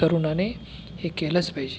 तरुणाने हे केलंच पाहिजे